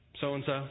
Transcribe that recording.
so-and-so